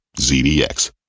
ZDX